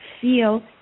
feel